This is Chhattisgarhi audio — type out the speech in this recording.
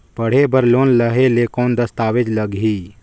पढ़े बर लोन लहे ले कौन दस्तावेज लगही?